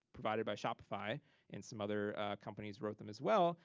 provided by shopify and some other companies wrote them as well,